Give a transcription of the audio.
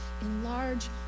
Enlarge